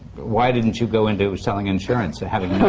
why didn't you go into selling insurance, but having